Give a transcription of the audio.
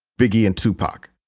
biggie and tupac.